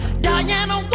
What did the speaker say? Diana